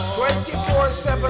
24-7